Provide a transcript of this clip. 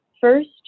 First